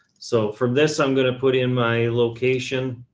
so from this, i'm going to put in my location,